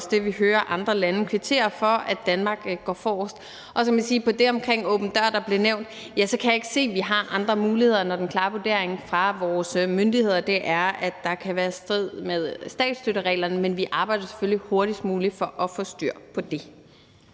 det, vi hører andre lande kvittere for, nemlig at Danmark går forrest. Så kan jeg til det med åben dør, der blev nævnt, sige, at jeg ikke kan se, at vi har andre muligheder, når den klare vurdering fra vores myndigheder er, at der kan være strid med statsstøttereglerne, men vi arbejder selvfølgelig hurtigst muligt på at få styr på det.